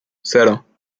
cero